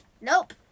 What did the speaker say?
Nope